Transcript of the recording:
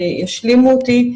ישלימו אותי.